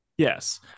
Yes